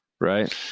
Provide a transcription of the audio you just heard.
Right